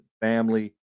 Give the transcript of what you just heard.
family